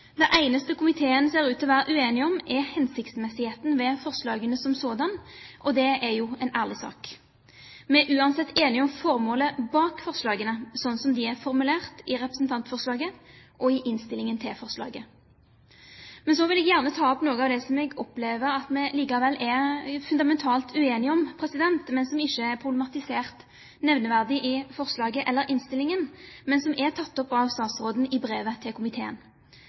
Det eneste komiteen ser ut til å være uenig om, er hensiktsmessigheten ved forslagene som sådan, og det er jo en ærlig sak. Vi er uansett enige om formålet bak forslagene, sånn som de er formulert i representantforslaget og i innstillingen til forslaget. Så vil jeg gjerne ta opp noe av det som jeg opplever at vi likevel er fundamentalt uenige om, men som ikke er problematisert nevneverdig i forslaget eller innstillingen, men som er tatt opp av statsråden i brevet til komiteen.